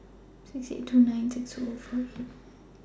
six eight two nine six Zero four eight